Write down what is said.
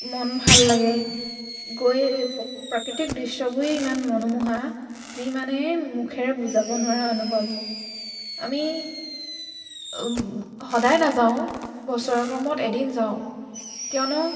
মন ভাল লাগে গৈ প প্ৰাকৃতিক দৃশ্যবোৰ ইমান মনোমোহা যিমানেই মুখেৰে বুজাব নোৱাৰা অনুভৱ আমি সদায় নাযাওঁ বছৰেকৰ মূৰত এদিন যাওঁ কিয়নো